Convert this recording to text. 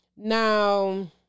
Now